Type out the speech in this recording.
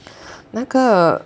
那个